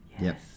Yes